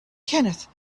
kenneth